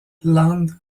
land